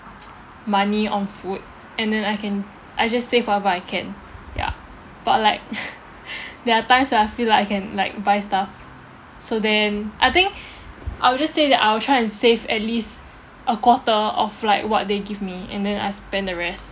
money on food and then I can I just save whatever I can ya but like there are times where I feel like I can like buy stuff so then I think I'll just say that I'll try and save at least a quarter of like what they give me and then I spend the rest